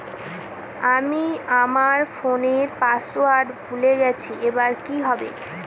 আমি আমার ফোনপের পাসওয়ার্ড ভুলে গেছি এবার কি হবে?